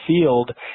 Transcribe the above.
field